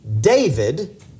David